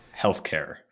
healthcare